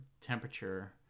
temperature